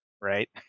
right